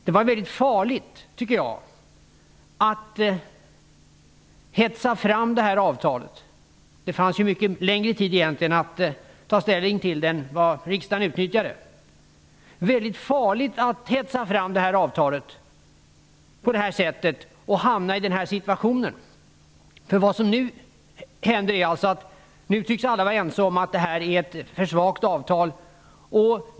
Det var farligt att hetsa fram det här avtalet. Det fanns ju möjlighet att ta mycket längre tid på sig för att ta ställning till avtalet än vad riksdagen utnyttjade. Vad som nu händer är alltså att alla tycks vara ense om att det är ett för svagt avtal.